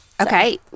Okay